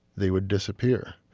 they would disappear